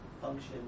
function